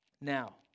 now